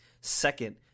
Second